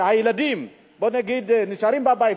שהילדים נשארים בבית,